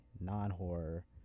non-horror